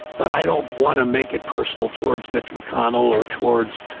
but i don't want to make it personal towards mitch mcconnell or towards